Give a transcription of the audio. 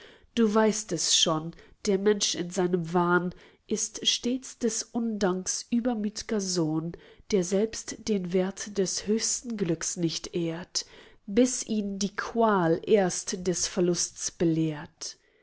du weißt es schon der mensch in seinem wahn ist stets des undanks übermütiger sohn der selbst den wert des höchsten glücks nicht ehrt bis ihn die qual erst des verlusts belehrt